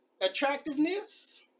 attractiveness